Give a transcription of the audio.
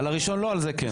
על הראשון לא, על זה כן.